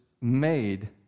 made